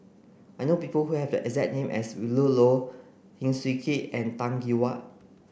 I know people who have a exact name as Willin Low Heng Swee Keat and Tan Gee Paw